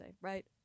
right